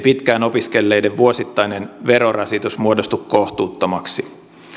pitkään opiskelleiden vuosittainen verorasitus muodostu kohtuuttomaksi